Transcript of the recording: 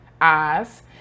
eyes